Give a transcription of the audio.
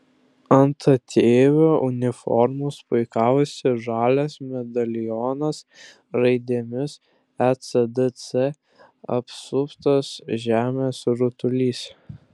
ant ateivio uniformos puikavosi žalias medalionas raidėmis ecdc apsuptas žemės rutulys